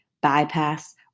bypass